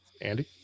Andy